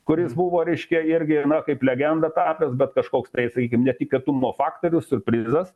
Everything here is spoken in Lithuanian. kuris buvo reiškia irgi na kaip legenda tapęs bet kažkoks tai sakykim netikėtumo faktorius siurprizas